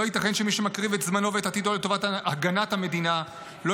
לא ייתכן שמי שמקריב את זמנו ועתידו לטובת הגנת המדינה לא